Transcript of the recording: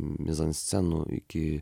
mizanscenų iki